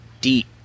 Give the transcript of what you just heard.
deep